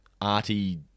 arty